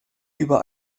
über